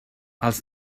els